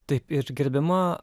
taip ir gerbiama